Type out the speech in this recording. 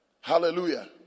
hallelujah